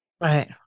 Right